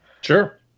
Sure